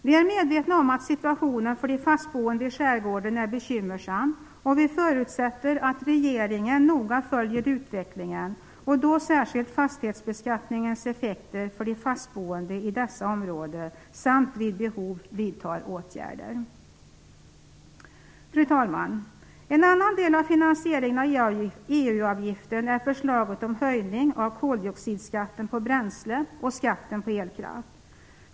Vi är medvetna om att situationen för de fastboende i skärgården är bekymmersam, och vi förutsätter att regeringen noga följer utvecklingen, då särskilt fastighetsbeskattningens effekter för de fastboende i dessa områden, samt vid behov vidtar åtgärder. Fru talman! En annan del av finansieringen av EU-avgiften är förslaget om höjning av koldioxidskatten på bränsle och skatten på elkraft.